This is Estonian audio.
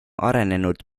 arenenud